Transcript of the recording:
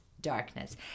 darkness